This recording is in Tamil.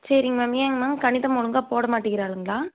சரிங்க மேம் ஏங்க மேம் கணிதம் ஒழுங்காக போட மாட்டிக்கிறாளாங்களா